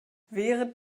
wehret